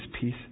peace